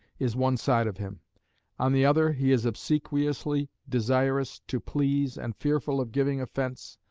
is one side of him on the other he is obsequiously desirous to please and fearful of giving offence,